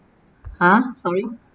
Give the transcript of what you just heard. !huh! sorry